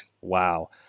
Wow